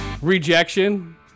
Rejection